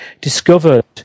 discovered